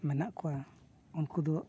ᱢᱮᱱᱟᱜ ᱠᱚᱣᱟ ᱩᱱᱠᱩ ᱫᱚ